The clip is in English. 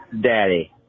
Daddy